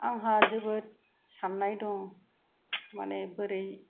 आंहा जोबोद साननाय दं माने बोरै